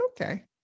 okay